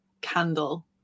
candle